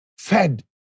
fed